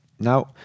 Now